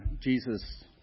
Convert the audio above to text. Jesus